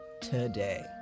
Today